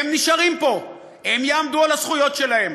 הם נשארים פה, והם יעמדו על הזכויות שלהם.